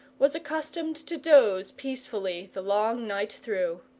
was accustomed to doze peacefully the long night through.